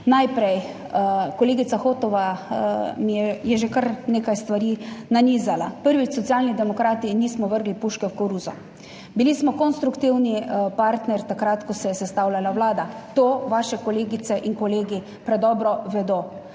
Najprej. Kolegica Hotova je že kar nekaj stvari nanizala. Prvič. Socialni demokrati nismo vrgli puške v koruzo. Bili smo konstruktivni partner, takrat ko se je sestavljala vlada. To vaše kolegice in kolegi predobro vedo.